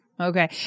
Okay